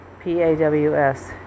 P-A-W-S